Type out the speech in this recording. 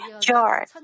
jar